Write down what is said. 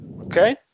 Okay